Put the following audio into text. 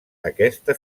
aquesta